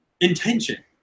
intention